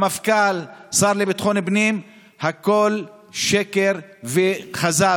המפכ"ל, השר לביטחון הפנים, הכול שקר וכזב.